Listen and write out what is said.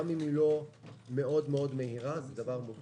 גם אם הירידה לא מאוד מאוד מהירה, זה מובן.